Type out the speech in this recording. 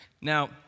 Now